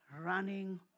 running